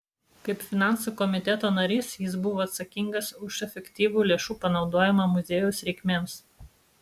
kaip finansų komiteto narys jis buvo atsakingas už efektyvų lėšų panaudojimą muziejaus reikmėms